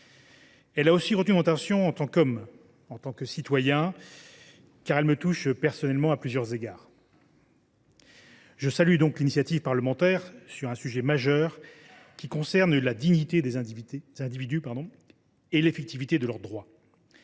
Elle a aussi retenu mon attention en tant qu’homme, en tant que citoyen, car elle me touche personnellement, à plusieurs égards. Je salue donc cette initiative parlementaire sur un sujet majeur, qui concerne la dignité des individus et l’effectivité de leurs droits.